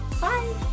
Bye